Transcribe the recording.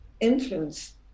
influence